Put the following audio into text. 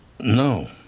No